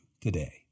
today